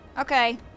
Okay